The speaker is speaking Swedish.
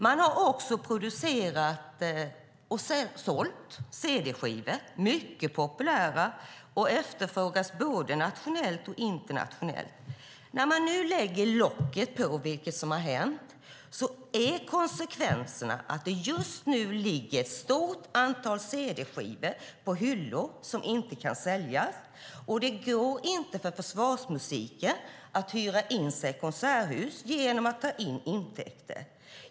Man har också producerat och sålt cd-skivor. De är mycket populära och efterfrågas både nationellt och internationellt. När man nu lägger locket på, vilket har hänt, är konsekvenserna att det just nu ligger ett stort antal cd-skivor på hyllor som inte kan säljas. Och det går inte för försvarsmusiken att hyra in sig på konserthus genom att ta in intäkter.